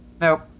Nope